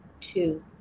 two